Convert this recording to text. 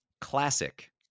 Classic